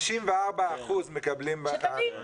54% מקבלים.